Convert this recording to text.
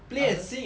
others